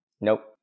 Nope